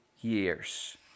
years